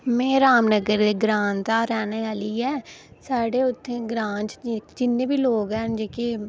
में रामनगर ग्रांऽ दी रौह्ने आह्ली आं साढ़े उत्थै ग्रांऽ च जिन्ने बी लोक हैन जेह्के